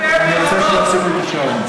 אני רוצה שיוסיפו לי בשעון.